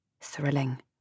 thrilling